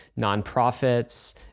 nonprofits